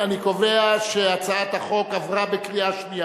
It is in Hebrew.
אני קובע שהצעת החוק עברה בקריאה שנייה.